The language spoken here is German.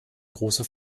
große